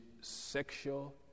sexual